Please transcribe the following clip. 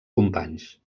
companys